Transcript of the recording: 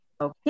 Okay